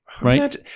Right